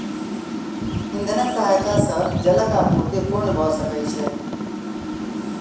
इंधनक सहायता सॅ जलक आपूर्ति पूर्ण भ सकै छै